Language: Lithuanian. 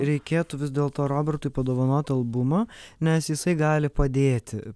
reikėtų vis dėlto robertui padovanot albumą nes jisai gali padėti